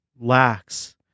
lacks